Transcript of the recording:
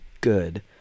good